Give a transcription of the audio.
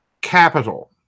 capital